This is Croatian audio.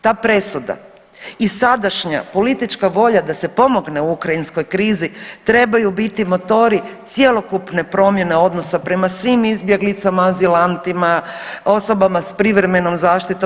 Ta presuda i sadašnja politička volja da se pomogne ukrajinskoj krizi trebaju biti motori cjelokupne promjene odnosa prema svim izbjeglicama, azilantima, osobama sa privremenom zaštitom.